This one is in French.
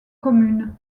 communes